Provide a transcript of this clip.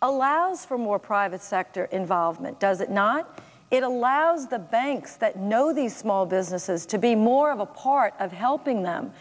allows for more private sector involvement does it not it allows the banks that know these small businesses to be more of a part of helping them